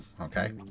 okay